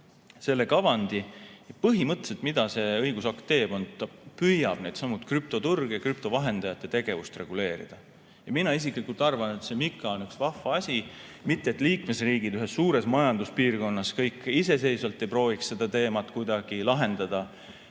selle kavandi. Põhimõtteliselt see, mida see õigusakt teeb, on see, et ta püüab neidsamu krüptoturge ja krüptovara vahendajate tegevust reguleerida. Mina isiklikult arvan, et see MiCA on üks vahva asi. Mitte et liikmesriigid ühes suures majanduspiirkonnas kõik iseseisvalt ei prooviks seda teemat kuidagi lahendada,